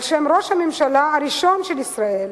על-שם ראש הממשלה הראשון של ישראל,